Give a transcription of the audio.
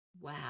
wow